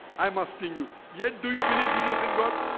i must be new yet. do you believe jesus is god?